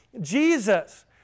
jesus